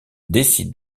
décident